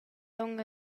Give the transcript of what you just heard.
aunc